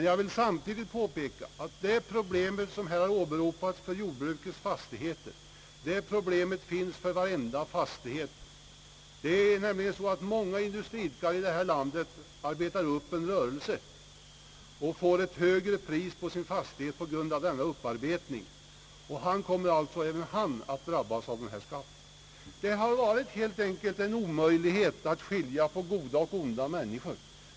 Jag vill dock samtidigt påpeka, att det problem, som här åberopats = för jordbruksfastigheter, finns för varenda fastighet. Många industriidkare här i landet arbetar upp en rörelse och får ett högre pris på sina fastigheter på grund av denna upparbetning. även dessa kommer att drabbas av skatten. Det har helt enkelt varit en omöjlighet att skilja på goda och onda människor.